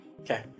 Okay